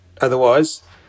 Otherwise